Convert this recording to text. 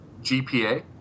GPA